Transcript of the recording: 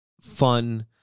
fun